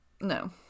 No